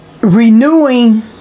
renewing